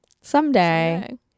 Someday